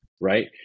right